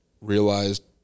realized